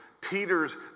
Peter's